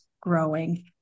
growing